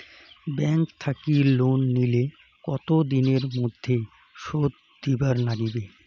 Bank থাকি loan নিলে কতো দিনের মধ্যে শোধ দিবার নাগিবে?